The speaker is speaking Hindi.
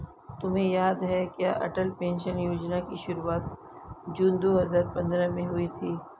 तुम्हें याद है क्या अटल पेंशन योजना की शुरुआत जून दो हजार पंद्रह में हुई थी?